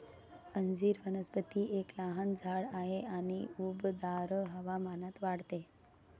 अंजीर वनस्पती एक लहान झाड आहे आणि उबदार हवामानात वाढते